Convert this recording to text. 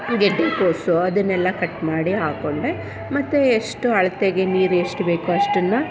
ಗೆಡ್ಡೆಕೋಸು ಅದನ್ನೆಲ್ಲ ಕಟ್ ಮಾಡಿ ಹಾಕ್ಕೊಂಡೆ ಮತ್ತು ಎಷ್ಟು ಅಳತೆಗೆ ನೀರು ಎಷ್ಟು ಬೇಕೋ ಅಷ್ಟನ್ನು